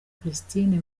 christine